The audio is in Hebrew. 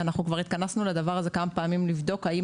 אנחנו כבר התכנסנו לדבר הזה כמה פעמים לבדוק האם